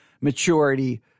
maturity